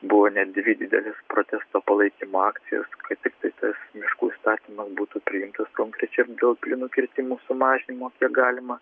buvo net dvi didelės protesto palaikymo akcijos kad tiktai tas miškų įstatymas būtų priimtas konkrečiai dėl kirtimų sumažinimo kiek galima